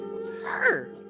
Sir